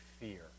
fear